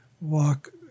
walk